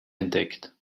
entdeckt